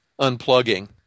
unplugging